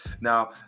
Now